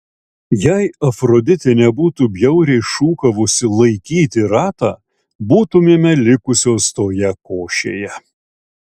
jei afroditė nebūtų bjauriai šūkavusi laikyti ratą būtumėme likusios toje košėje